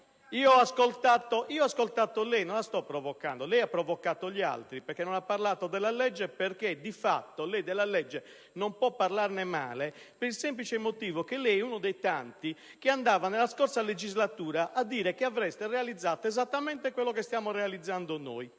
Io ho ascoltato lei, non la sto provocando; lei ha provocato gli altri perché non ha parlato della legge. Di fatto lei della legge non può parlare male per il semplice motivo che è uno dei tanti che nella scorsa legislatura andava dicendo che avreste realizzato esattamente quello che stiamo realizzando noi,